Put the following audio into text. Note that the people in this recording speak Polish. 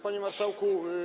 Panie Marszałku!